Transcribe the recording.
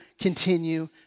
continue